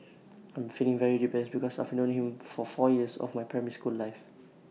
I'm feeling very depressed because I've known him for four years of my primary school life